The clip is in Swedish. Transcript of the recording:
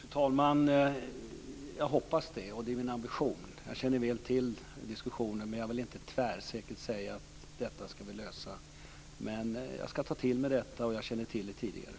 Fru talman! Jag hoppas det och det är min ambition. Jag känner väl till diskussionen, men jag vill inte tvärsäkert säga att vi ska lösa detta. Jag ska dock ta till mig detta, och jag känner till det sedan tidigare.